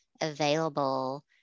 available